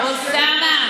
אוסאמה,